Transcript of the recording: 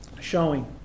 showing